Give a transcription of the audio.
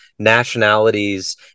Nationalities